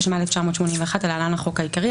התשמ"א-1981 (להלן החוק העיקרי),